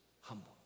humble